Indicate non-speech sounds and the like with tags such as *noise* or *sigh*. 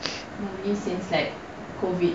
*breath*